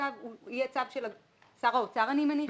הצו יהיה צו של שר האוצר, אני מניחה.